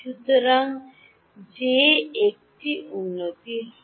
সুতরাং যে একটি উন্নতি হয়